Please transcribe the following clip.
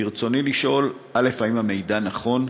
ברצוני לשאול: 1. האם המידע נכון?